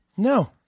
No